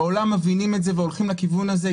בעולם מבינים את זה והולכים לכיוון הזה.